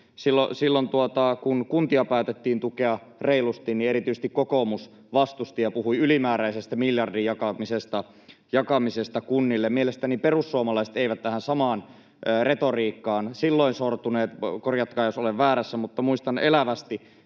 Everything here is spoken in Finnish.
silloin, kun kuntia päätettiin tukea reilusti, erityisesti kokoomus vastusti ja puhui ylimääräisen miljardin jakamisesta kunnille. Mielestäni perussuomalaiset eivät tähän samaan retoriikkaan silloin sortuneet. Korjatkaa, jos olen väärässä, mutta muistan elävästi,